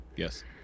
yes